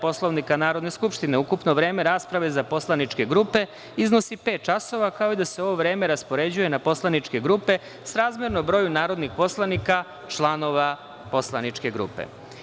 Poslovnika Narodne skupštine ukupno vreme rasprave za poslaničke grupe iznosi pet časova, kao i da se ovo vreme raspoređuje na poslaničke grupe srazmerno broju narodnih poslanika članova poslaničke grupe.